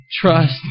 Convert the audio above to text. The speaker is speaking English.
Trust